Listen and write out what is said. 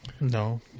No